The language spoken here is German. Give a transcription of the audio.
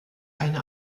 eine